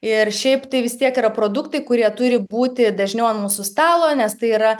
ir šiaip tai vis tiek yra produktai kurie turi būti dažniau ant mūsų stalo nes tai yra